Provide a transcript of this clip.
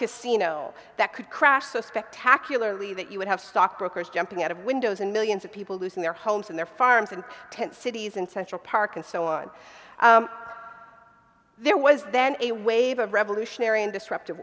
casino that could crash so spectacularly that you would have stockbrokers jumping out of windows and millions of people losing their homes and their farms and tent cities in central park and so on there was then a wave of revolutionary and disruptive